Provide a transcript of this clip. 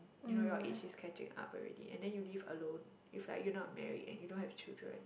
you know your age is catching up already and then you live alone if like you not married you don't have children